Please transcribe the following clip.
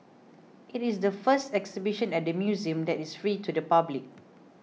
it is the first exhibition at the museum that is free to the public